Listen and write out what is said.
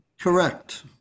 correct